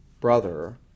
brother